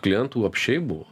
klientų apsčiai buvo